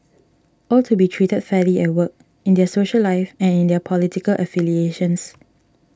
all to be treated fairly at work in their social life and in their political affiliations